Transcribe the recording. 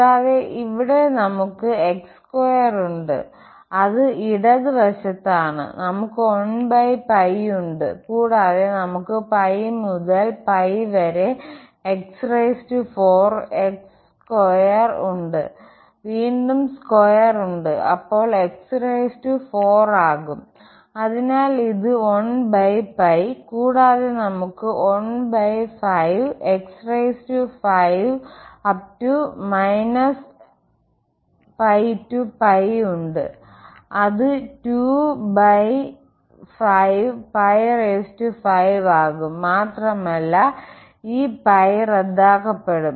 കൂടാതെ ഇവിടെ നമുക്ക് x2 ഉണ്ട് അത് ഇടത് വശത്താണ് നമുക്ക് 1 ഉണ്ട് കൂടാതെ നമുക്ക് മുതൽ വരെ x4 x2 ഉണ്ട് വീണ്ടും സ്ക്വയർ ഉണ്ട് അപ്പോൾ x4 ആകും അതിനാൽ ഇത് 1 കൂടാതെ നമുക്ക് ഉണ്ട് അത് 2 55 ആകും മാത്രമല്ല ഈ റദ്ദാക്കപ്പെടും